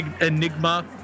Enigma